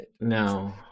no